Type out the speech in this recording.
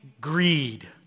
greed